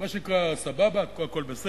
מה שנקרא סבבה, עד פה הכול בסדר.